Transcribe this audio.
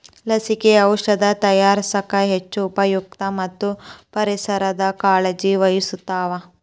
ಲಸಿಕೆ, ಔಔಷದ ತಯಾರಸಾಕ ಹೆಚ್ಚ ಉಪಯುಕ್ತ ಮತ್ತ ಪರಿಸರದ ಕಾಳಜಿ ವಹಿಸ್ತಾವ